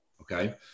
okay